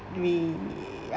we